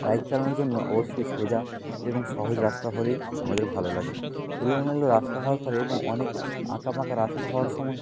bike চালানোর জন্য অবশ্যই সোজা এবং সহজ রাস্তা হলেই আমাদের ভালো লাগে এলোমেলো রাস্তা হওয়ার ফলে এবং অনেক আঁকাবাঁকা রাস্তা হওয়ার সময়